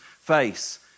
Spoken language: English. face